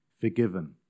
forgiven